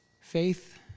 Faith